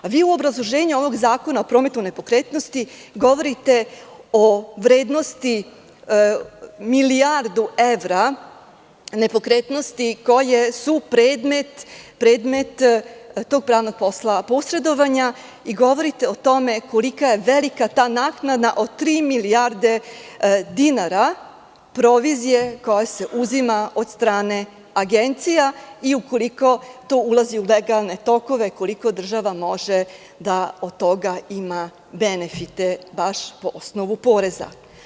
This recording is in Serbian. A vi u obrazloženju ovog zakona o prometu nepokretnosti govorite o vrednosti, milijardu evra nepokretnosti koje su predmet tog pravnog posla posredovanja i govorite o tome koliko je velika ta naknada od tri milijarde dinara provizije koja se uzima od strane agencija i ukoliko to ulazi u legalne tokove, koliko država može od toga da ima benefite, baš po osnovu poreza.